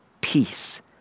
peace